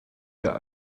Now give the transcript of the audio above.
der